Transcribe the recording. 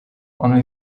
only